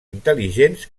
intel·ligents